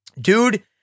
dude